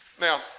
Now